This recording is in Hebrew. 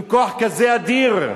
עם כוח כזה אדיר,